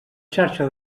xarxa